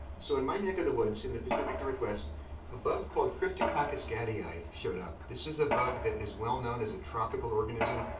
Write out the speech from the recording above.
so, in my neck of the woods in the pacific northwest a bug called cryptococcus gattii showed up. this is a bug that is well known as a tropical organism.